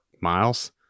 miles